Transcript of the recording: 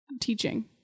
teaching